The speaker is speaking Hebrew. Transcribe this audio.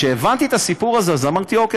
כשהבנתי את הסיפור הזה אמרתי: אוקיי,